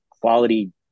quality